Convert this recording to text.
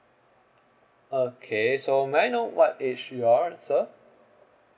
okay so may I know what age you are sir